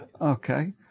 okay